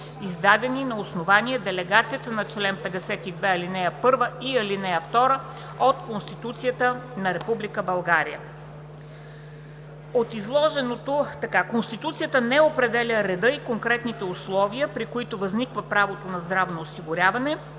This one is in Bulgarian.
издадени на основание делегацията на чл. 52, ал. 1 и ал. 2 от Конституцията на Република България. От изложеното Конституцията не определя реда и конкретните условия, при които възниква правото на здравно осигуряване,